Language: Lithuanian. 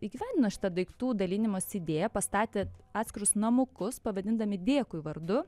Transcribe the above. įgyvendino šitą daiktų dalinimosi idėją pastatėte atskirus namukus pavadindami dėkui vardu